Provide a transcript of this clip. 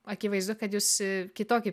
akivaizdu kad jūs kitokį